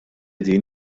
din